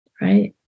Right